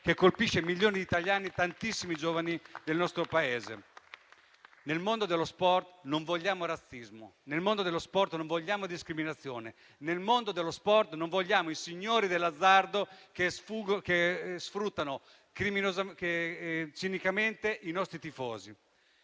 che colpisce milioni di italiani e tantissimi giovani del nostro Paese. Nel mondo dello sport non vogliamo razzismo. Nel mondo dello sport non vogliamo discriminazione. Nel mondo dello sport non vogliamo i signori dell'azzardo, che sfruttano cinicamente i nostri tifosi.